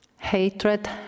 hatred